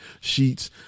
sheets